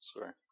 Sorry